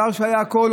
שר שהיה הכול,